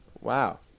Wow